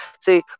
See